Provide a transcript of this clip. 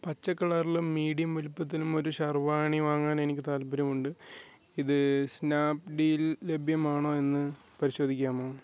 പച്ച കളറിലും മീഡിയം വലുപ്പത്തിലും ഒരു ഷെർവാണി വാങ്ങാനെനിക്ക് താൽപ്പര്യമുണ്ട് ഇത് സ്നാപ്ഡീലിൽ ലഭ്യമാണോ എന്ന് പരിശോധിക്കാമോ